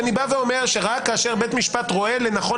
אני בא ואומר שרק כאשר בית משפט רואה לנכון